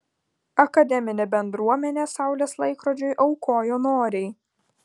akademinė bendruomenė saulės laikrodžiui aukojo noriai